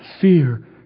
Fear